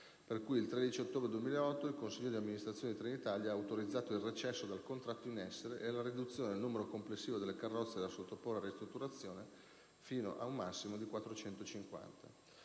per cui, in data 13 ottobre 2008, il Consiglio d'amministrazione di Trenitalia ha autorizzato il recesso dal contratto in essere e la riduzione del numero complessivo delle carrozze da sottoporre a ristrutturazione fino ad un massimo di 450.